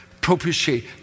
Propitiate